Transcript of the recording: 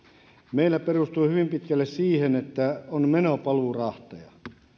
meillä perustuvat hyvin pitkälle siihen että on meno paluurahteja